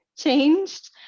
changed